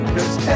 Cause